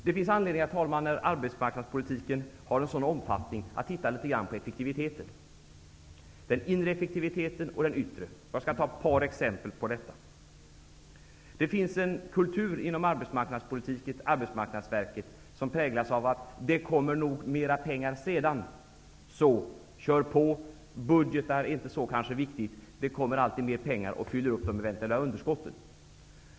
Det finns anledning, herr talman, när arbetsmarknadspolitiken har en sådan omfattning, att titta litet på effektiviteten, den inre och den yttre. Jag skall ta ett par exempel på detta. Det finns en kultur inom Arbetsmarknadsverket som präglas av att det nog kommer mera pengar sedan, så det är bara att köra på -- budgetar är inte så viktiga, utan det kommer alltid mer pengar och fyller upp de eventuella underskotten.